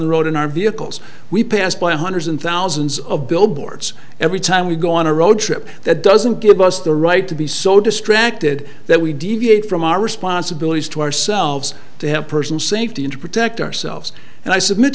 the road in our vehicles we pass by hundreds and thousands of billboards every time we go on a road trip that doesn't give us the right to be so distracted that we deviate from our responsibilities to ourselves to have person safety and to protect ourselves and i submit